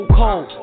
cold